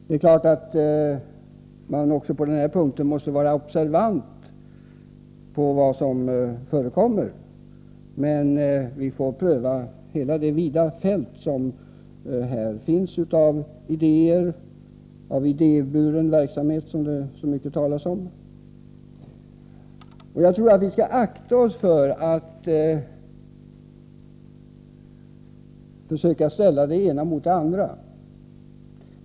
Det är klart att man också på den här punkten måste vara observant på vad som förekommer, men vi får pröva hela det vida fält som här finns av idéer och av idéburen verksamhet, som det talas så mycket om. Jag tror att vi skall akta oss för att försöka ställa det ena mot det andra.